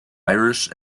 irish